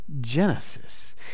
Genesis